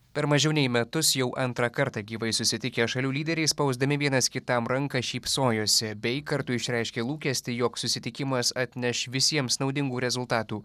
per mažiau nei metus jau antrą kartą gyvai susitikę šalių lyderiai spausdami vienas kitam ranką šypsojosi bei kartu išreiškė lūkestį jog susitikimas atneš visiems naudingų rezultatų